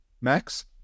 Max